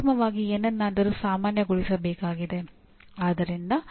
ಅದೇ ಹೊಣೆಗಾರರು ಅದೇ ಪ್ರವೇಶ್ಯಗಳು ಒಂದೇ ರೀತಿಯ ಸಂಸ್ಥೆ